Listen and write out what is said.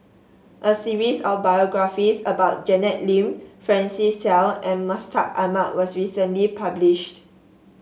a series of biographies about Janet Lim Francis Seow and Mustaq Ahmad was recently published